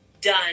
done